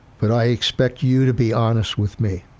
but i expect you to be honest with me.